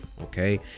okay